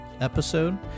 episode